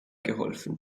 geholfen